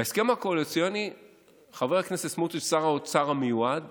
בהסכם הקואליציוני חבר הכנסת סמוטריץ' שר האוצר המיועד